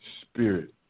spirit